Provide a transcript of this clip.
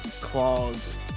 claws